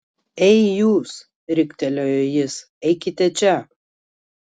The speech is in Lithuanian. ei jūs riktelėjo jis eikite čia